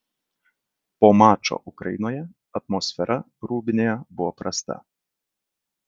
po mačo ukrainoje atmosfera rūbinėje buvo prasta